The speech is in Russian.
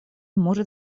может